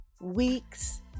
weeks